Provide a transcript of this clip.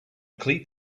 cleat